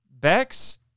Bex